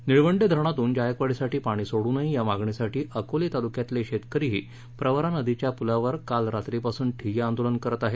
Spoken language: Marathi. निळवंडे धरणातून जायकवाडीसाठी पाणी सोडू नये या मागणीसाठी अकोले तालुक्यातले शेतकरीही प्रवरा नदीच्या पुलावर काल रात्रीपासून ठिय्या आंदोलन करत आहेत